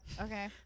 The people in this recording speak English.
Okay